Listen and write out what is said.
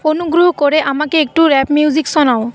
অনুগ্রহ করে আমাকে একটু র্যাপ মিউজিক শোনাও